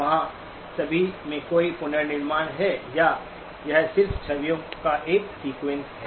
वहाँ सभी में कोई पुनर्निर्माण है या यह सिर्फ छवियों का एक सीक्वेंस है